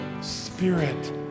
spirit